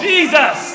Jesus